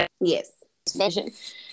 Yes